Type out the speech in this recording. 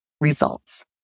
results